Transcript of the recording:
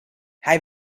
hij